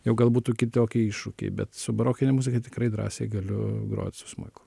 jau gal būtų kitokie iššūkiai bet su barokine muzika tikrai drąsiai galiu grot su smuiku